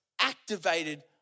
activated